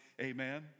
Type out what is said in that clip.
Amen